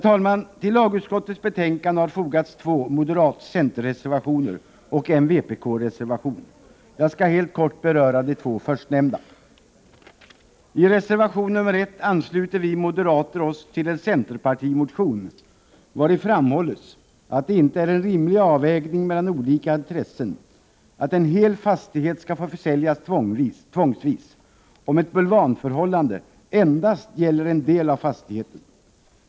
Till lagutskottets betänkande har fogats två moderat-center-reservationer och en vpk-reservation. Jag skall helt kort beröra de två förstnämnda. I reservation nr 1 ansluter vi moderater oss till en centerpartimotion, vari framhålls att det inte är en rimlig avvägning mellan olika intressen att en hel fastighet skall få försäljas tvångsvis om ett bulvanförhållande endast gäller en del av fastigheten.